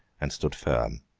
and stood firm.